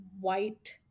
white